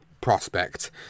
prospect